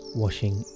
washing